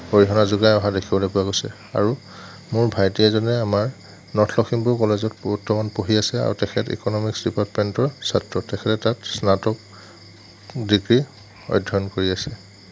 অৰিহণা যোগায় অহা দেখিবলৈ পোৱা গৈছে আৰু মোৰ ভাইটি এজনে আমাৰ নৰ্থ লখিমপুৰ কলেজত বৰ্তমান পঢ়ি আছে আৰু তেখেত ইক'নমিক্স ডিপাৰ্টমেন্টৰ ছাত্ৰ তেখেতে তাত স্নাতক ডিগ্ৰী অধ্য়য়ন কৰি আছে